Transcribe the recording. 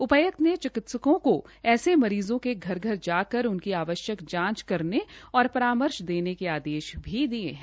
उपाय्क्त ने चिकित्सकों को ऐसे मरीजों के घर घर जाकर उनकी आवश्यक जांच करने और परामर्श देने के भी आदेश दिये है